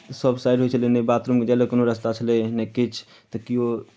सभ साइड होइ छलै नहि बाथरूम जाय लेल कोनो रस्ता छलै नहि किछु तऽ केओ